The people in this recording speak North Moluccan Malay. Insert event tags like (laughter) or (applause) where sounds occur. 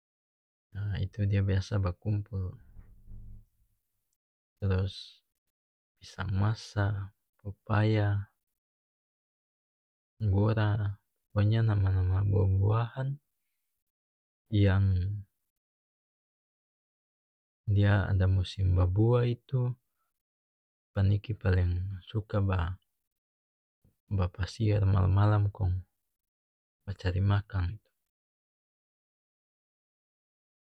Ah itu dia biasa bakumpul (noise) trus pisang masa popaya gora pokonya nama-nama buah-buahan yang dia ada musim babuah itu paniki paleng suka ba (noise) ba pasiar malam-malam kong ba cari makang itu.